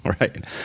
Right